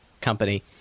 Company